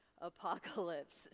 apocalypse